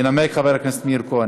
ינמק חבר הכנסת מאיר כהן.